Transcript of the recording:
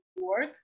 work